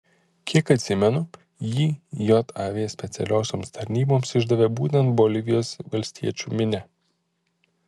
kiek atsimenu jį jav specialiosioms tarnyboms išdavė būtent bolivijos valstiečių minia